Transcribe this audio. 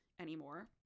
anymore